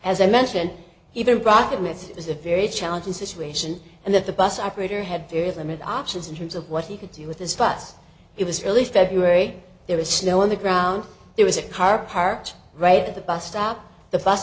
as i mentioned either braga myth is a very challenging situation and that the bus operator had very limited options in terms of what he could do with this but it was early february there was snow on the ground there was a car parked right at the bus stop the bus